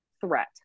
threat